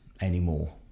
anymore